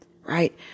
right